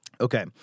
Okay